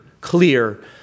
clear